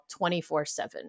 24-7